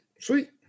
Sweet